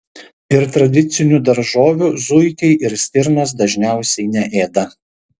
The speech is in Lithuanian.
ir tradicinių daržovių zuikiai ir stirnos dažniausiai neėda